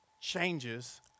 changes